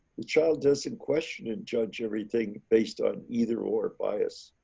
the child doesn't question and judge everything based on either or bias,